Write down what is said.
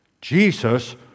Jesus